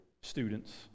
students